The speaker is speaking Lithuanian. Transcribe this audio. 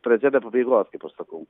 pradžia be pabaigos kaip aš sakau